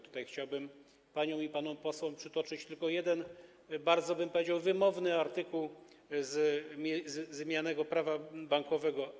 Tutaj chciałbym paniom i panom posłom przytoczyć tylko jeden bardzo, powiedziałbym, wymowny artykuł zmienianego Prawa bankowego.